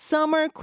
Summer